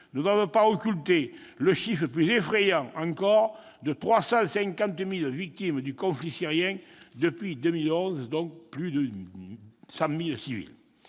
ne doivent pas occulter le chiffre plus effrayant encore de 350 000 victimes du conflit syrien recensées depuis 2011, dont plus de 100 000 civils.